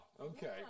okay